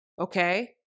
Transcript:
okay